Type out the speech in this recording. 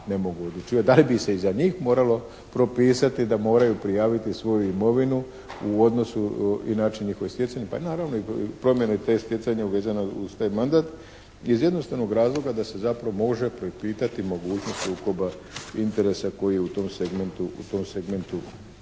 da li bi se i za njih moralo propisati da moraju prijaviti svoju imovinu u odnosu i način njihova stjecanja, pa naravno promjene te stjecanja vezano uz taj mandat iz jednostavnog razloga da se zapravo može prepitati mogućnost sukoba interesa koji u tom segmentu